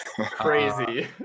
Crazy